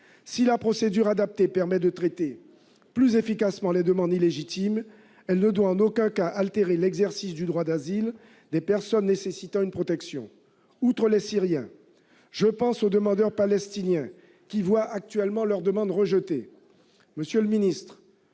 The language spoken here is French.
Si la procédure adaptée permet de traiter plus efficacement les demandes illégitimes, elle ne doit en aucun cas altérer l'exercice du droit d'asile des personnes nécessitant une protection. Outre les Syriens, je pense aux demandeurs palestiniens, qui voient actuellement leurs demandes rejetées.